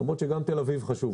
למרות שגם תל אביב חשובה.